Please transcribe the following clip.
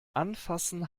anfassen